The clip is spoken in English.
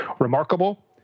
remarkable